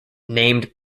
named